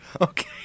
Okay